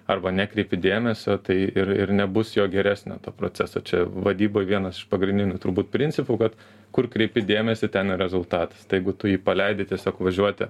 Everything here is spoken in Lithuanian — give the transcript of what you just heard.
arba nekreipi dėmesio tai ir ir nebus jo geresnio to proceso čia vadyboj vienas iš pagrindinių turbūt principų kad kur kreipi dėmesį ten ir rezultatas tai jeigu tu jį paleidi tiesiog važiuoti